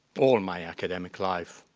all my academic life